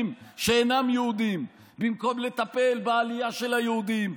שאינם יהודים במקום לטפל בעלייה של היהודים.